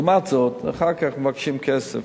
לעומת זאת, אחר כך מבקשים כסף.